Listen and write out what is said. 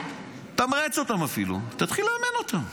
תמרץ אותם אפילו ותתחיל לאמן אותם.